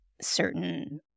certain